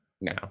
No